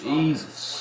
Jesus